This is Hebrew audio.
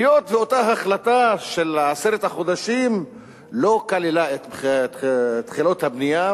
היות שאותה החלטה של עשרת החודשים לא כללה את התחלות הבנייה,